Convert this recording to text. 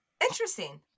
Interesting